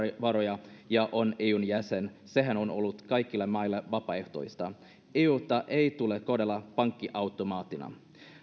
varoja ja on eun jäsen sehän on ollut kaikille maille vapaaehtoista euta ei tule kohdella pankkiautomaattina